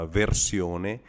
versione